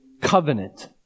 covenant